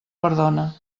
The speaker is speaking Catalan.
perdona